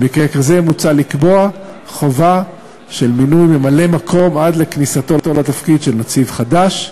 במקרה כזה מוצע לקבוע חובת מינוי ממלא-מקום עד כניסת נציב חדש לתפקידו.